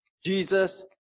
Jesus